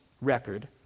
record